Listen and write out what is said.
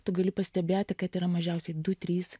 tu gali pastebėti kad yra mažiausiai du trys